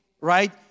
right